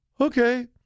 Okay